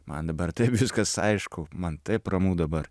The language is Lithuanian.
man dabar taip viskas aišku man taip ramu dabar